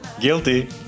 Guilty